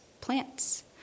plants